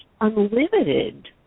unlimited